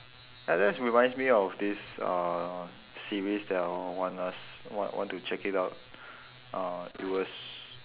ah that's remind me of this uh series that I want us want want to check it out uh it was